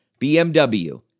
BMW